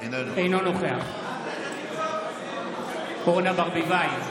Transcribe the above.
אינו נוכח אורנה ברביבאי,